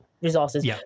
resources